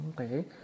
Okay